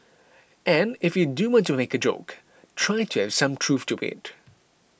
and if you do want to make a joke try to have some truth to it